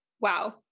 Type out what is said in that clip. Wow